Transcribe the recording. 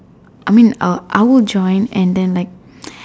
I mean I will I will join and then like